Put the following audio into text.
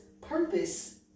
purpose